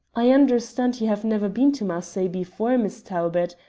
i understand you have never been to marseilles before, miss talbot.